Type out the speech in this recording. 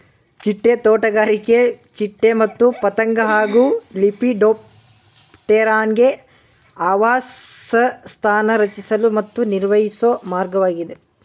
ಚಿಟ್ಟೆ ತೋಟಗಾರಿಕೆ ಚಿಟ್ಟೆ ಮತ್ತು ಪತಂಗ ಹಾಗೂ ಲೆಪಿಡೋಪ್ಟೆರಾನ್ಗೆ ಆವಾಸಸ್ಥಾನ ರಚಿಸಲು ಮತ್ತು ನಿರ್ವಹಿಸೊ ಮಾರ್ಗವಾಗಿದೆ